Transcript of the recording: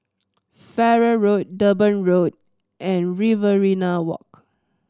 Farrer Road Durban Road and Riverina Walk